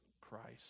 Christ